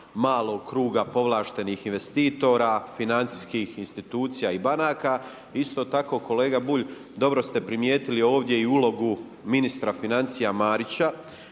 malog kruga povlaštenih investitora, financijskih institucija i banaka. Isto tako kolega Bulj dobro ste primijetili ovdje i ulogu ministra financija Marića.